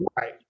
Right